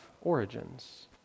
origins